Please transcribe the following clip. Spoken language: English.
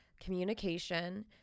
communication